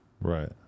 Right